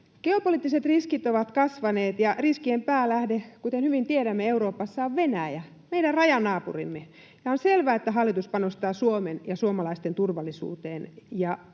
Geopoliittiset riskit ovat kasvaneet, ja riskien päälähde Euroopassa, kuten hyvin tiedämme, on Venäjä, meidän rajanaapurimme. On selvää, että hallitus panostaa Suomen ja suomalaisten turvallisuuteen, ja tästä